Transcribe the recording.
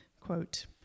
Quote